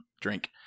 drink